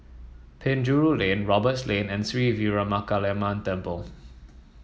Penjuru Lane Roberts Lane and Sri Veeramakaliamman Temple